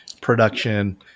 production